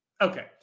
Okay